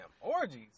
orgies